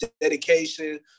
dedication